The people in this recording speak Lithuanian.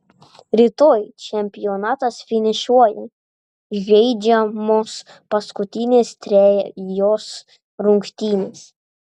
rytoj čempionatas finišuoja žaidžiamos paskutinės trejos rungtynės